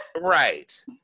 Right